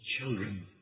children